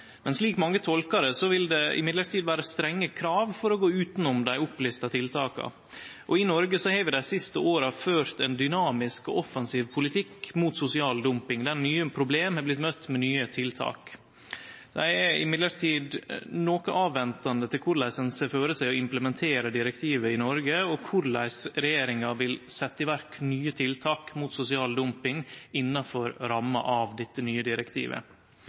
men slik mange tolkar det, vil det likevel vere strenge krav for å gå utanom dei opplista tiltaka. I Noreg har vi dei siste åra ført ein dynamisk og offensiv politikk mot sosial dumping, der nye problem er blitt møtt med nye tiltak. Eg er likevel noko avventande til korleis ein ser føre seg å implementere direktivet i Noreg, og korleis regjeringa vil setje i verk nye tiltak mot sosial dumping innanfor ramma av dette nye direktivet.